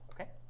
Okay